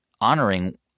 honoring